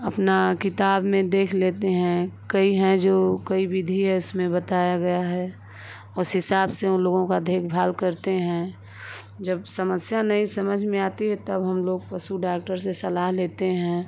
अपना किताब में देख लेते हैं कई हैं जो कई विधि है इसमें बताया गया है उस हिसाब से उन लोगों का देखभाल करते हैं जब समस्या नहीं समझ में आती है तब हमलोग पशु डाक्टर से सलाह लेते हैं